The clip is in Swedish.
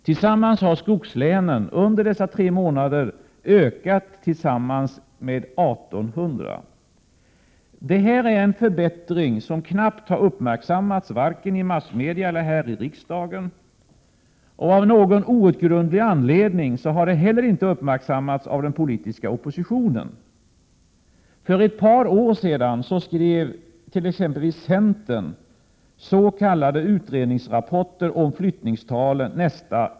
Tillsammans har skogslänen under de tre månaderna ökat med 1 800 personer. Denna förbättring har knappast uppmärksammats vare sig i massmedia eller här i riksdagen och av någon outgrundlig anledning inte heller av den politiska oppositionen. För ett par år sedan skrev t.ex. centern nästan kvartalsvis s.k. utredningsrapporter om flyttningstalen.